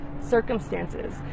circumstances